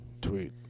Tweet